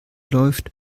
läuft